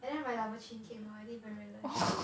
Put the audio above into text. and then my double chin came out I didn't even realise it